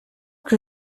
que